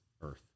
earth